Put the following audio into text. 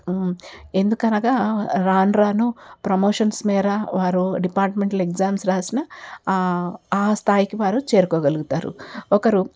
ఎందుకు అనగా రాను రాను ప్రమోషన్స్ మేర వారు డిపార్ట్మెంటల్ ఎగ్జామ్స్ వ్రాసినా ఆ ఆ స్థాయికి వారు చేరుకోగలుగుతారు ఒకరు